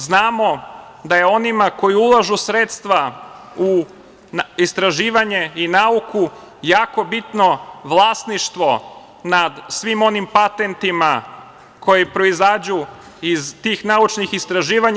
Znamo da je onima koji ulažu u sredstva u istraživanje i nauku jako bitno vlasništvo nad svim onim patentima koji proizađu iz tih naučnih istraživanja.